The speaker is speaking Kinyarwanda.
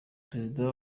perezida